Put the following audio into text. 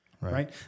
right